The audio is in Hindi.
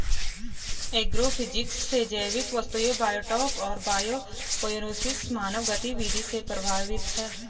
एग्रोफिजिक्स से जैविक वस्तुएं बायोटॉप और बायोकोएनोसिस मानव गतिविधि से प्रभावित हैं